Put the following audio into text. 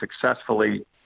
successfully